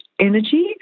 energy